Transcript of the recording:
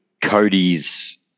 Cody's